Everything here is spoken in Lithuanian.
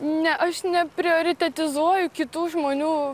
ne aš neprioritetizuoju kitų žmonių